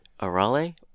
Arale